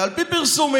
ועל פי פרסומים,